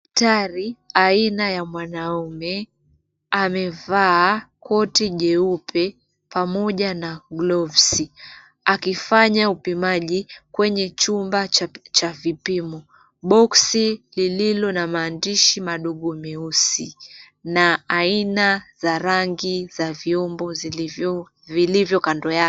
Daktari aina ya mwanaume amevaa koti jeupe pamoja na gloves akifanya upimaji kwenye chumba cha vipimo. Boksi lililo na maandishi madogo meusi na aina za rangi za vyombo vilivyo kando yake.